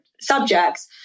subjects